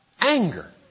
anger